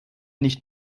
nicht